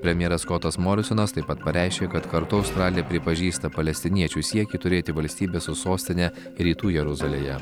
premjeras skotas morisonas taip pat pareiškė kad kartu australija pripažįsta palestiniečių siekį turėti valstybę su sostine rytų jeruzalėje